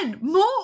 more